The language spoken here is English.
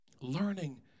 Learning